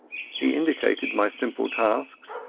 he indicated my simple tasks,